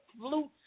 flutes